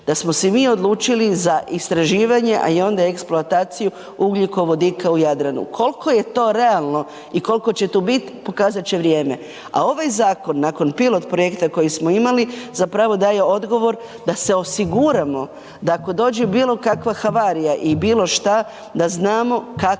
Da smo se mi odlučili za istraživanja a onda i eksploataciju ugljikovodika u Jadranu. Koliko je to realno i koliko će to bit, pokazat će vrijeme a ovaj zakon nakon pilo projekt kojeg smo imali, zapravo daje odgovor da se osiguramo da ako dođe bilokakva havarija i bilo šta, da znamo kako